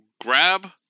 grab